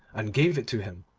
and gave it to him.